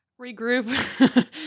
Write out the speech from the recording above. Regroup